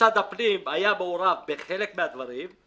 משרד הפנים היה מעורב רק בחלק מהדברים,